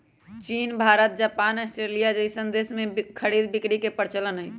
चीन Bharat Japan Australia जइसन देश में खरीद बिक्री के परचलन हई